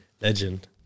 Legend